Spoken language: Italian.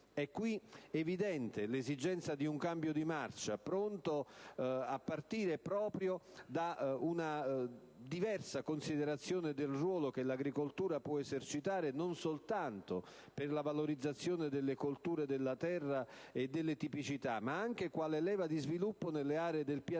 È qui evidente l'esigenza di un cambio di marcia, a partire proprio da una diversa considerazione del ruolo che l'agricoltura può esercitare, non soltanto per la valorizzazione delle colture della terra e delle tipicità, ma anche quale leva di sviluppo nelle aree del Pianeta